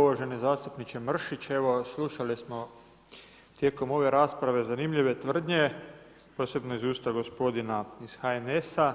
Uvaženi zastupniče Mrsić, evo slušali smo tijekom ove rasprave zanimljive tvrdnje, posebno iz usta gospodina iz HNS-a,